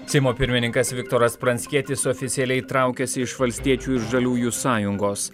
seimo pirmininkas viktoras pranckietis oficialiai traukiasi iš valstiečių ir žaliųjų sąjungos